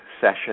session